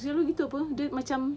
zero betul [pe] dia macam